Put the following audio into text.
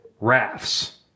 rafts